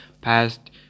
past